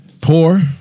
poor